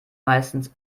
meistens